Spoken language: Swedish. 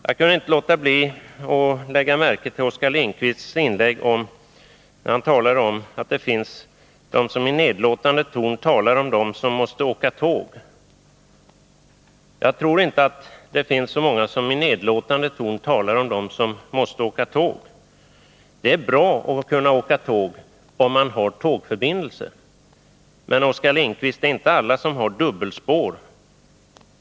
Jag kunde inte undgå att lägga märke till när Oskar Lindkvist talade om att det finns de som i nedlåtande ton talar om dem som måste åka tåg. Jag tror inte det finns så många som nedlåtande talar om dem som måste åka tåg. Det är bra att kunna åka tåg om man har tågförbindelser. Men, Oskar Lindkvist, det är inte alla som har dubbelspår.